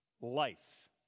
Life